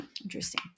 interesting